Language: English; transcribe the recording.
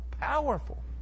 powerful